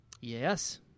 Yes